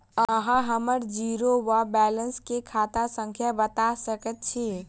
अहाँ हम्मर जीरो वा बैलेंस केँ खाता संख्या बता सकैत छी?